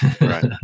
Right